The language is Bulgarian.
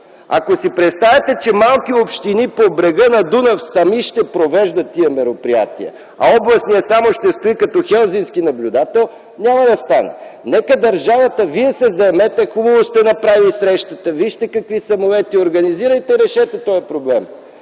Ако си представяте, че малки общини по брега на р. Дунав сами ще провеждат тези мероприятия, а областният ще стои само като хелзинкски наблюдател, няма да стане. Нека държавата, Вие се заемете. Хубаво сте направили срещата. Вижте какви самолети трябват. Организирайте и решете този проблем.